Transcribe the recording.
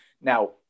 Now